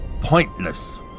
pointless